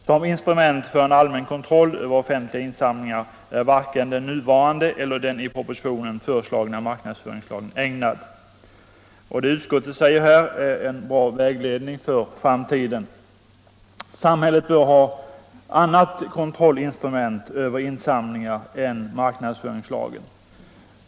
Som instrument för en allmän kontroll över offentliga insamlingar är varken den nuvarande eller den i propositionen föreslagna marknadsföringslagen ägnad.” Det utskottet här säger är en bra vägledning för framtiden. Samhället bör ha andra instrument för kontroll över insamlingar än marknadsföringslagen.